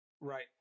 Right